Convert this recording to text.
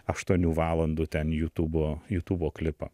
aštuonių valandų ten jutubo jutubo klipą